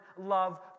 love